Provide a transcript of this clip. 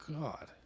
God